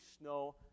snow